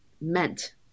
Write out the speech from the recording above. meant